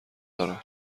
دارن